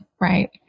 right